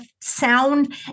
sound